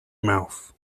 mouth